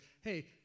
hey